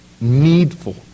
needful